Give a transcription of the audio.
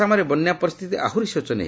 ଆସାମରେ ବନ୍ୟା ପରିସ୍ଥିତି ଆହୁରି ଶୋଚନୀୟ